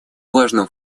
важным